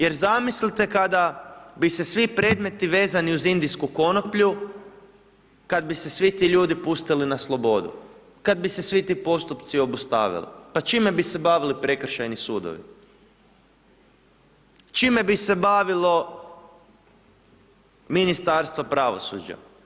Jer zamislite kada bi se svi predmeti vezani uz indijsku konoplju, kad bi se svi ti ljudi pustili na slobodu, kad bi se svi ti postupci obustavili, pa čime bi se bavili prekršajni sudovi, čime bi se bavilo Ministarstvo pravosuđa.